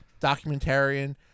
documentarian